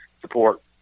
support